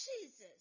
jesus